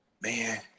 Man